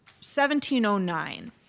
1709